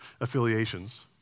affiliations